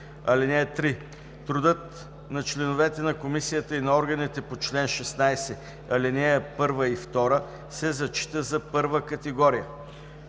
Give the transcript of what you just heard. (3) Трудът на членовете на Комисията и на органите по чл. 16, ал. 1 и 2 се зачита за първа категория.